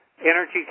energy